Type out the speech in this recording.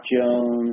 Jones